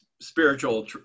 spiritual